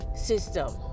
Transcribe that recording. system